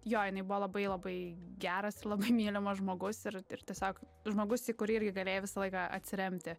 jo jinai buvo labai labai geras ir labai mylimas žmogus ir ir tiesiog žmogus į kurį irgi galėjai visą laiką atsiremti